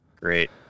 Great